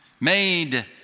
made